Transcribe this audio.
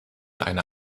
einer